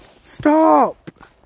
stop